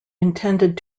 intended